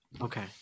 Okay